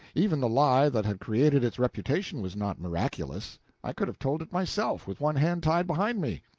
even the lie that had created its reputation was not miraculous i could have told it myself, with one hand tied behind me.